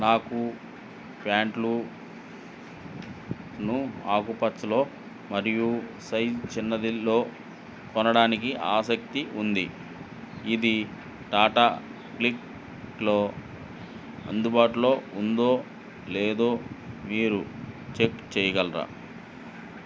నాకు ప్యాంట్లను ఆకుపచ్చలో మరియు సైజ్ చిన్నదిలో కొనడానికి ఆసక్తి ఉంది ఇది టాటా క్లిక్లో అందుబాటులో ఉందో లేదో మీరు చెక్ చేయగలరా